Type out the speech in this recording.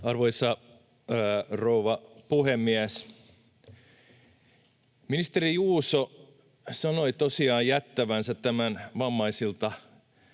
Arvoisa rouva puhemies! Ministeri Juuso sanoi tosiaan jättävänsä tämän esityksen